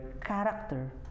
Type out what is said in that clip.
character